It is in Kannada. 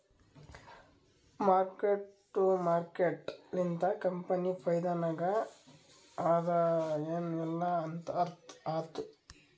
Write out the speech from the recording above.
ಮಾರ್ಕ್ ಟು ಮಾರ್ಕೇಟ್ ಲಿಂತ ಕಂಪನಿ ಫೈದಾನಾಗ್ ಅದಾ ಎನ್ ಇಲ್ಲಾ ಅಂತ ಅರ್ಥ ಆತ್ತುದ್